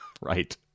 Right